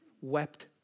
wept